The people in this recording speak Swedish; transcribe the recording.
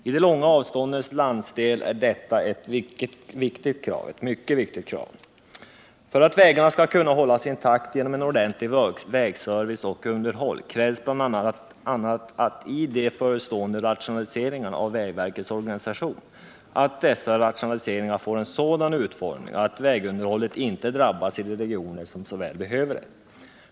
I de långa avståndens landsdel är detta ett mycket viktigt krav. För att vägarna skall kunna hållas intakta genom ordentlig vägservice och underhåll krävs bl.a. att de förestående rationaliseringarna av vägverkets organisation får en sådan utformning att vägunderhållet inte drabbas i de regioner som så väl behöver det.